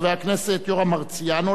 חבר הכנסת יורם מרציאנו,